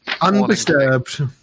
Undisturbed